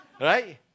Right